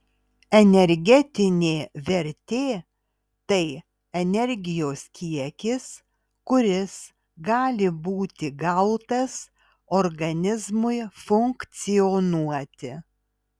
energetinė vertė tai energijos kiekis kuris gali būti gautas organizmui funkcionuoti